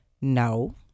no